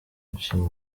nshinga